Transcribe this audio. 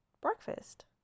breakfast